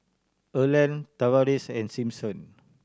Erland Tavares and Simpson